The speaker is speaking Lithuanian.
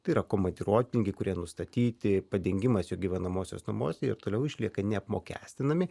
tai yra komandiruotpinigiai kurie nustatyti padengimas gyvenamuosiuose namuose ir toliau išlieka neapmokestinami